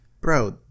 Bro